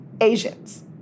Asians